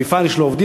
למפעל יש עובדים,